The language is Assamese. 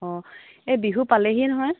অঁ এই বিহু পালেহিয়ে নহয়